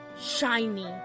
Shiny